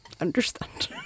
understand